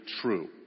true